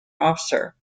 officer